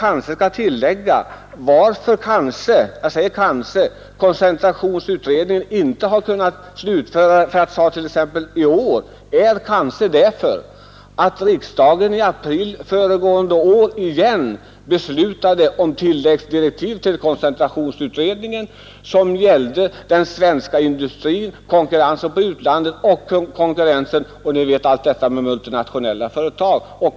Att koncentrationsutred ningen inte har kunnat slutföra sitt uppdrag t.ex. i år beror kanske — jag säger kanske — på att riksdagen i april föregående år beslutade om tilläggsdirektiv till utredningen som gällde den svenska industrin, konkurrensen på utlandet och allt detta med multinationella företag.